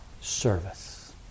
service